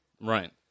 Right